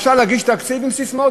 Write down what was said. אפשר להגיש תקציב עם ססמאות,